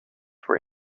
were